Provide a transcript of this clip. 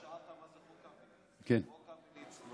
שאלת מה זה חוק קמיניץ.